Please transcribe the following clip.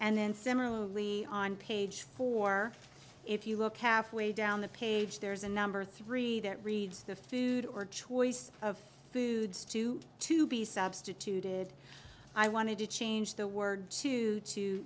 and then similarly on page four if you look have way down the page there's a number three that reads the food or choice of foods two to be substituted i wanted to change the word to t